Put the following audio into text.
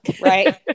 right